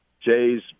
Jay's